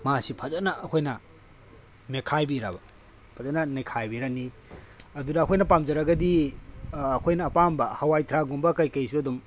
ꯃꯥꯁꯤ ꯐꯖꯅ ꯑꯩꯈꯣꯏꯅ ꯃꯦꯠꯈꯥꯏꯕꯤꯔꯕ ꯐꯖꯅ ꯅꯩꯈꯥꯏꯕꯤꯔꯅꯤ ꯑꯗꯨꯗ ꯑꯩꯈꯣꯏꯅ ꯄꯥꯝꯖꯔꯒꯗꯤ ꯑꯩꯈꯣꯏꯅ ꯑꯄꯥꯝꯕ ꯍꯋꯥꯏꯊ꯭ꯔꯥꯛꯒꯨꯝꯕ ꯀꯩꯀꯩꯁꯨ ꯑꯗꯨ